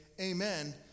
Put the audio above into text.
Amen